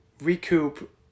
recoup